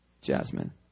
Jasmine